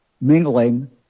mingling